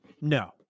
No